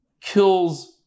kills